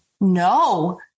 No